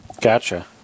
Gotcha